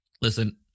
listen